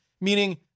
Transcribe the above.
meaning